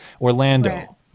Orlando